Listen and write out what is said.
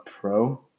Pro